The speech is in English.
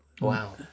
Wow